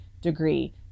degree